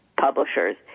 publishers